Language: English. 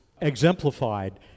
exemplified